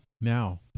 Now